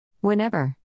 Whenever